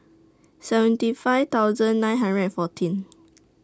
seventy five thousand nine hundred and fourteen